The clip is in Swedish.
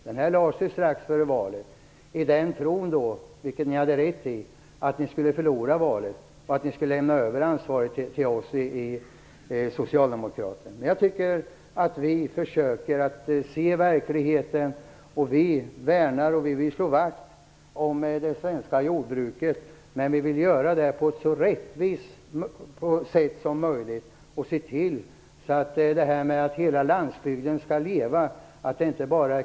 Denna proposition lades ju fram strax före valet, i tron att de borgerliga skulle förlora valet och lämna över ansvaret till oss socialdemokrater. Jag tycker att vi försöker se verkligheten. Vi vill slå vakt om det svenska jordbruket. Men vi vill göra det på ett så rättvist sätt som möjligt och se till att det inte bara är klyschor när man säger att hela landet skall leva.